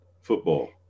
football